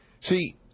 See